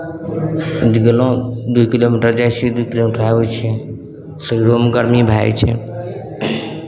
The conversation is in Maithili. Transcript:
हम जे गेलहुँ दू किलोमीटर जाइ छियै दू किलोमीटर आबै छियै शरीरोमे गर्मी भए जाइ छै